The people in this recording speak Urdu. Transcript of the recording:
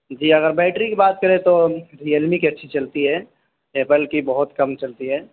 جی اگر بیٹری کی بات کریں تو ریئل می کی اچھی چلتی ہے ایپل کی بہت کم چلتی ہے